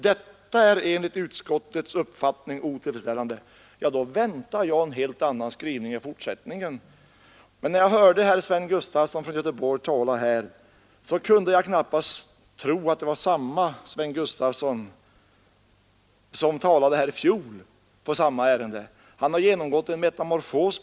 Detta är enligt utskottets uppfattning otillfredsställande.” När man läser detta väntar man sig ju en helt annan skrivning i fortsättningen. När jag därför hörde herr Gustafson i Göteborg tala här före mig kunde jag knappast tro att det var samme Sven Gustafson som talade i samma ärende i fjol. Han har på något sätt genomgått en metamorfos.